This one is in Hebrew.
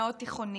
מאות תיכוניסטים,